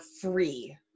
free